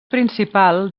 principal